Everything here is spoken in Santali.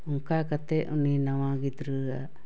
ᱚᱱᱠᱟ ᱠᱟᱛᱮᱫ ᱩᱱᱤ ᱱᱟᱣᱟ ᱜᱤᱫᱽᱨᱟᱹᱣᱟᱜ